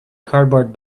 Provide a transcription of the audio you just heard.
cardboard